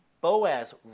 Boaz